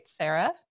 Sarah